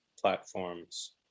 platforms